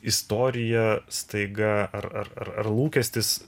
istorija staiga ar ar ar lūkestis